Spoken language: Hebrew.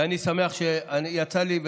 ואני שמח שיצא לי,